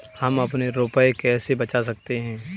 हम अपने रुपये कैसे बचा सकते हैं?